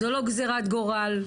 זו לא גזירת גורל,